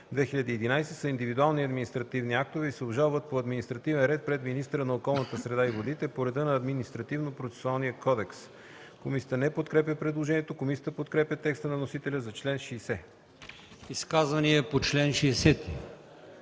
са индивидуални административни актове и се обжалват по административен ред пред министъра на околната среда и водите по реда на Административнопроцесуалния кодекс.” Комисията не подкрепя предложението. Комисията подкрепя текста на вносителя за чл. 60. ПРЕДСЕДАТЕЛ АЛИОСМАН